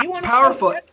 powerful